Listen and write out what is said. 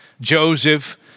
Joseph